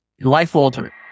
life-altering